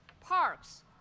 parks